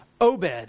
Obed